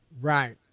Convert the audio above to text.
right